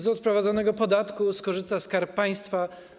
Z odprowadzonego podatku skorzysta Skarb Państwa.